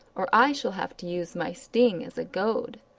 or i shall have to use my sting as a goad.